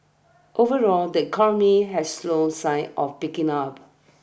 overall the economy has slow signs of picking up